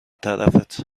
طرفت